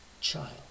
child